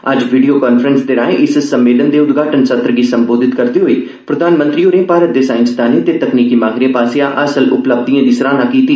अज्ज video conference राएं इस सम्मेलन गी उद्घाटन सत्र गी संबोधित करदे होई प्रधानमंत्री होरें भारत दे साईसदानें ते कनीकी माहिरें पास्सेआ हासल उपलब्धिएं दी सराहना कीती